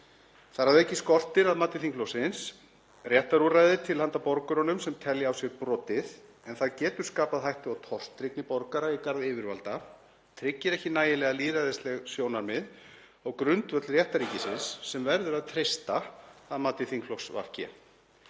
Þar að auki skortir að mati þingflokksins réttarúrræði til handa borgurum sem telja a? se?r brotið en það getur skapað hættu a? tortryggni borgara i? garð yfirvalda, tryggir ekki nægilega ly?ðræðisleg sjo?narmið og grundvöll re?ttarri?kins sem verður að treysta að mati þingflokks